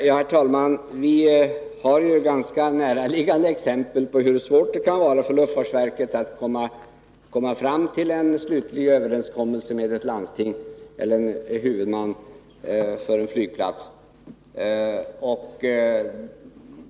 Herr talman! Vi har ju ganska näraliggande exempel på hur svårt det kan vara för luftfartsverket att komma fram till en slutlig överenskommelse med ett landsting eller en huvudman för en flygplats.